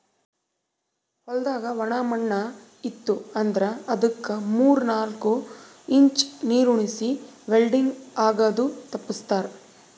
ಹೊಲ್ದಾಗ ಒಣ ಮಣ್ಣ ಇತ್ತು ಅಂದ್ರ ಅದುಕ್ ಮೂರ್ ನಾಕು ಇಂಚ್ ನೀರುಣಿಸಿ ವಿಲ್ಟಿಂಗ್ ಆಗದು ತಪ್ಪಸ್ತಾರ್